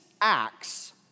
acts